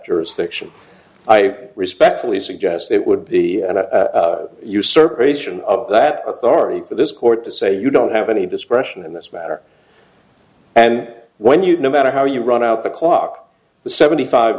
jurisdiction i respectfully suggest it would be an usurper ation of that authority for this court to say you don't have any discretion in this matter and when you no matter how you run out the clock the seventy five